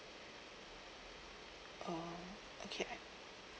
oh okay